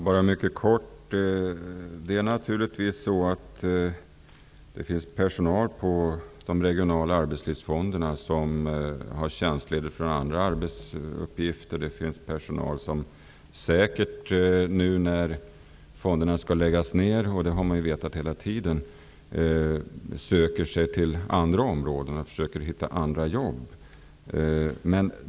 Herr talman! Naturligtvis finns det på de regionala arbetslivsfonderna anställda som är tjänstlediga från andra arbetsuppgifter. Det finns personal som säkert nu när fonderna skall läggas ner -- det har man vetat hela tiden -- söker sig till andra områden och försöker hitta annat jobb.